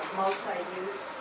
multi-use